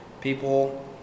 People